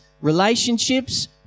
relationships